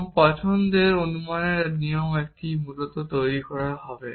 এবং পছন্দের অনুমানের কিছু নিয়ম মূলত তৈরি করা হয়